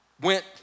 went